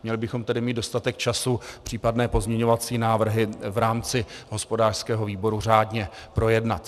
Měli bychom mít tedy dostatek času případné pozměňovací návrhy v rámci hospodářského výboru řádně projednat.